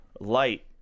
light